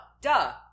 Duh